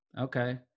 Okay